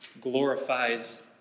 glorifies